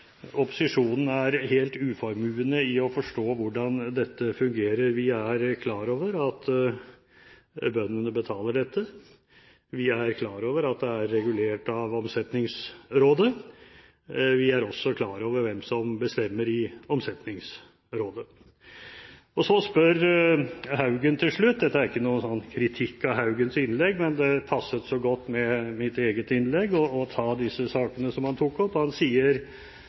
opposisjonen er helt uformuende i å forstå hvordan dette fungerer. Vi er klar over at bøndene betaler dette, vi er klar over at det er regulert av Omsetningsrådet. Vi er også klar over hvem som bestemmer i Omsetningsrådet. Så spør Haugen til slutt, nokså sangvinsk – dette er ikke noen kritikk av Haugens innlegg, men det passet så godt med mitt eget innlegg å kommentere disse sakene som han tok opp